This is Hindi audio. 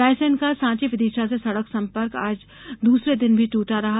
रायसेन का सांची विदिशा से सड़क सम्पर्क आज दूसरे दिन भी ट्टा रहा